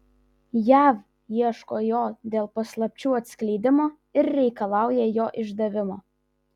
jav ieško jo dėl paslapčių atskleidimo ir reikalauja jo išdavimo